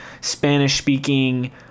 Spanish-speaking